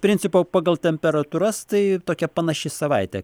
principo pagal temperatūras tai tokia panaši savaitė